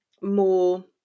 more